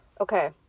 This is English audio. Okay